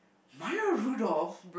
Maya-Rudolph